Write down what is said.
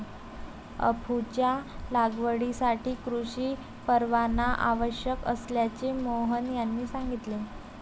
अफूच्या लागवडीसाठी कृषी परवाना आवश्यक असल्याचे मोहन यांनी सांगितले